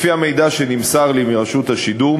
לפי המידע שנמסר לי מרשות השידור,